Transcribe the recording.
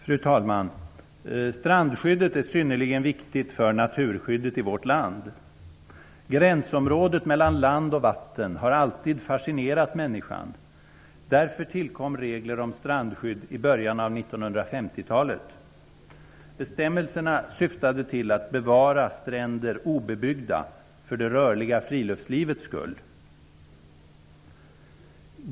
Fru talman! Strandskyddet är synnerligen viktigt för naturskyddet i vårt land. Gränsområdet mellan land och vatten har alltid fascinerat människan. Därför tillkom regler om strandskydd i början av 1950-talet. Bestämmelserna syftade till att bevara stränder obebyggda för det rörliga friluftslivets skull.